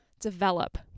develop